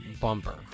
bumper